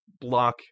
block